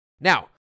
Now